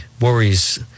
worries